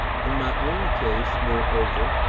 in my own case, moreover,